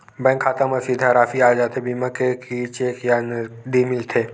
Bank खाता मा सीधा राशि आ जाथे बीमा के कि चेक या नकदी मिलथे?